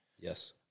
Yes